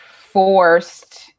forced